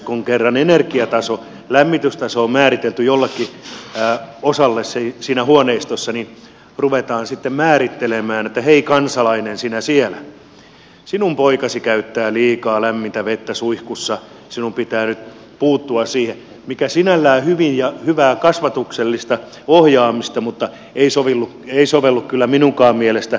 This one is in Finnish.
kun kerran energiataso lämmitystaso on määritelty jollekin osalle siinä huoneistossa niin ruvetaan sitten määrittelemään että hei kansalainen sinä siellä sinun poikasi käyttää liikaa lämmintä vettä suihkussa sinun pitää nyt puuttua siihen mikä sinällään on hyvää kasvatuksellista ohjaamista mutta ei sovellu tähän kyllä minunkaan mielestäni